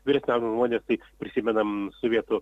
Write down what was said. vyresnio amžiaus žmonės taip prisimenam sovietų